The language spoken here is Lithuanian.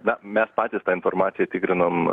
na mes patys tą informaciją tikrinom